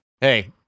Hey